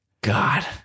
God